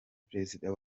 prezida